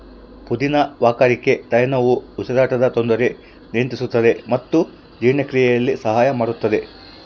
ಪುದಿನ ವಾಕರಿಕೆ ತಲೆನೋವು ಉಸಿರಾಟದ ತೊಂದರೆ ನಿಯಂತ್ರಿಸುತ್ತದೆ ಮತ್ತು ಜೀರ್ಣಕ್ರಿಯೆಯಲ್ಲಿ ಸಹಾಯ ಮಾಡುತ್ತದೆ